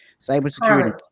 Cybersecurity